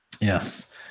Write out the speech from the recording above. Yes